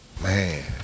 Man